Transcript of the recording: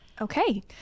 Okay